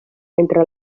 entre